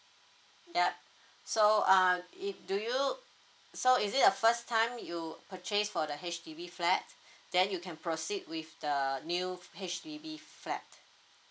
yup so uh if do you so is it the first time you purchase for the H_D_B flat then you can proceed with the new H_D_B flat